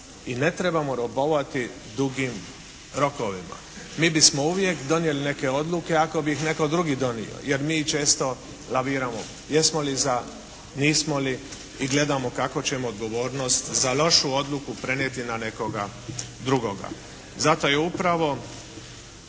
i ne trebamo robovati drugim rokovima. Mi bismo uvijek donijeli neke odluke ako bi ih netko drugi donio, jer mi često laviramo jesmo li za, nismo li i gledamo kako ćemo odgovornost za lošu odluku prenijeti na nekoga drugoga. Zato je upravo